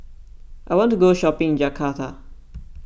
I want to go shopping in Jakarta